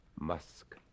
Musk